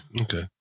Okay